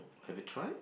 can be tried